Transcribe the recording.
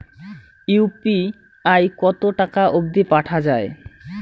UPI কতো টাকা অব্দি পাঠা যায়?